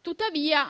Tuttavia,